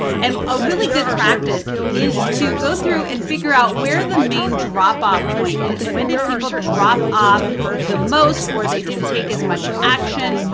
and a really good practice is to go through and figure out where the main drop off point is. when did people drop off the most or they didn't take as much action.